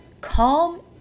calm